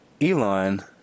Elon